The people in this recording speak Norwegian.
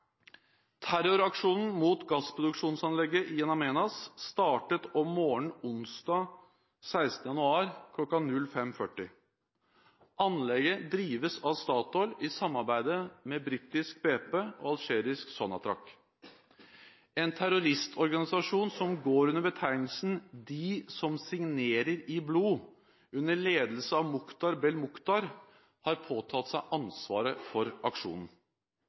Terroraksjonen mot gassproduksjonsanlegget i In Amenas startet om morgenen onsdag 16. januar kl. 05.40. Anlegget drives av Statoil i samarbeid med britiske BP og algeriske Sonatrach. En terroristorganisasjon som går under betegnelsen «De som signerer i blod», under ledelse av Mokhtar Belmokhtar, har påtatt seg ansvaret for aksjonen.